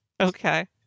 Okay